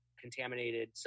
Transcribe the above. contaminated